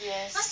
yes